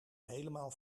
helemaal